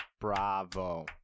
Bravo